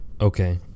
Okay